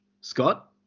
Scott